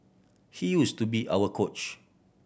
he use to be our coach